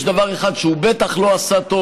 יש דבר אחד שהוא בטח לא עשה טוב,